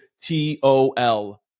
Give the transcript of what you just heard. T-O-L